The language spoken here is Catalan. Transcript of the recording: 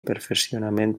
perfeccionament